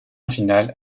finale